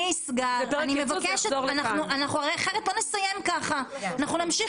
ככה לא נוכל להמשיך